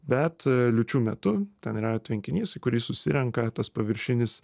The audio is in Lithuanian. bet liūčių metu ten yra tvenkinys į kurį susirenka tas paviršinis